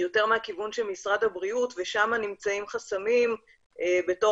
יותר מהכיוון של משרד הבריאות ושם נמצאים חסמים בתוך